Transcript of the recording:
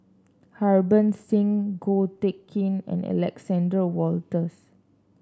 Harbans Singh Ko Teck Kin and Alexander Wolters